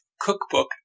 cookbook